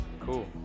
cool